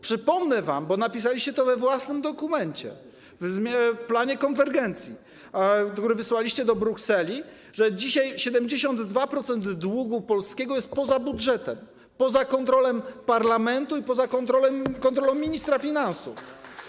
Przypomnę wam, bo napisaliście to we własnym dokumencie, w planie konwergencji, który wysłaliście do Brukseli, że dzisiaj 72% długu polskiego jest poza budżetem, poza kontrolą parlamentu i poza kontrolą ministra finansów.